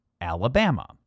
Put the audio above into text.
Alabama